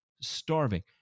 starving